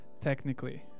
Technically